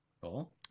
Cool